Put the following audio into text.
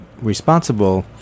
responsible